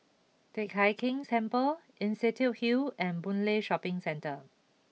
Teck Hai Keng Temple Institution Hill and Boon Lay Shopping Centre